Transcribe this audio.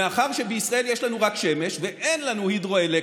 מאחר שבישראל יש לנו רק שמש ואין לנו הידרו-אלקטריקה,